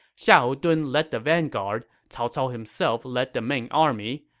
xiahou dun led the vanguard, cao cao himself led the main army,